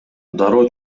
дароо